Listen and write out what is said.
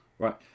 Right